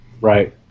Right